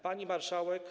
Pani Marszałek!